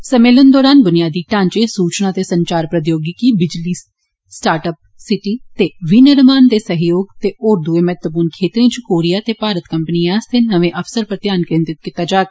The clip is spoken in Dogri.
सम्मेलन दरान बुनियादी ढांचे सूचना ते संचार प्रौद्योगिकी बिजली स्मार्ट सिटी वि निर्माण ते सहयोग दे होर दुए महत्वपूर्ण खेत्तरें च कोरियाई ते भारतीय कंपनिए आस्तै नमें अवसरें पर ध्यान केंद्रित कीता जाग